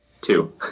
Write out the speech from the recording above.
Two